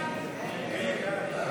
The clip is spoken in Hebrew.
כהצעת